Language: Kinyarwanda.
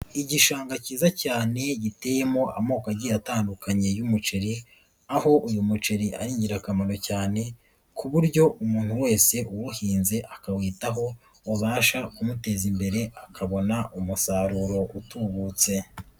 Igishanga cyiza cyane giteyemo amoko agiye atandukanye y'umuceri, aho uyu muceri ari ingirakamaro cyane, ku buryo umuntu wese uwuhinze akawitaho, ubasha kumuteza imbere akabona umusaruro utubutse.